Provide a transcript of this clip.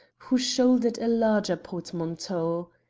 who shouldered a larger portmanteau.